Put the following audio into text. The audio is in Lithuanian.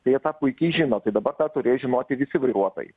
tai jie tą puikiai žino tai dabar tą turėjo žinoti visi vairuotojai